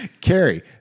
Carrie